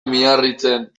miarritzen